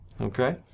Okay